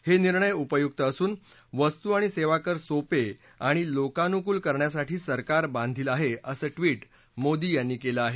हे निर्णय उपयुक्त असून वस्तू आणि सेवा कर सोपे आणि लोकानुकल करण्यासाठी सरकार बांधील आहे असं ट्विट मोदी यांनी केलं आहे